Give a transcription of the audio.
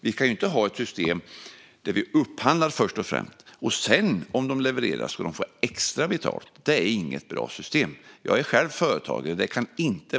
Vi ska inte ha ett system där vi först upphandlar, och om de levererar ska de få extra betalt. Det är inget bra system. Jag är själv företagare.